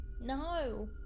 No